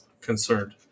concerned